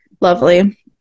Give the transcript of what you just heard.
lovely